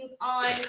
on